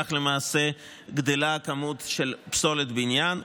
כך למעשה גדלה הכמות של פסולת הבניין.